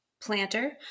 planter